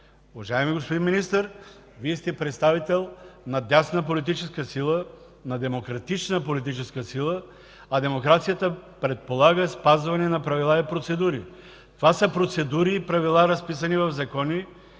Уважаеми господин Министър, Вие сте представител на дясна политическа сила, на демократична политическа сила, а демокрацията предполага спазване на правила и процедури. Това са процедури и правила, разписани в закони.